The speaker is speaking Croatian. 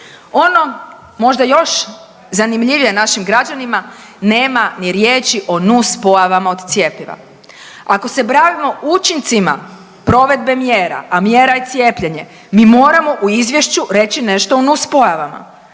Ono možda još zanimljivije našim građanima nema ni riječi o nuspojavama od cjepiva. Ako se bavimo učincima provedbe mjera, a mjera je cijepljenje mi moramo u izvješću reći nešto o nuspojavama.